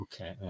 okay